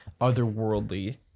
otherworldly